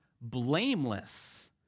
blameless